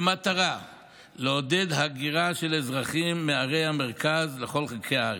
במטרה לעודד הגירה של אזרחים מערי המרכז לכל חלקי הארץ,